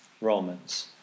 Romans